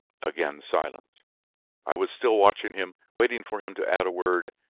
again silence i was still watching him, waiting for him to add a word.